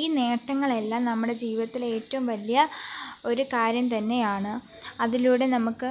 ഈ നേട്ടങ്ങളെല്ലാം നമ്മുടെ ജീവിതത്തിലെ ഏറ്റവും വലിയ ഒരു കാര്യം തന്നെയാണ് അതിലൂടെ നമുക്ക്